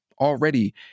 already